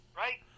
right